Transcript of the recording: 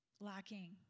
lacking